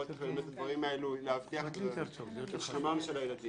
בכדי להבטיח את שלומם של הילדים.